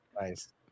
Nice